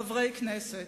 חברי הכנסת,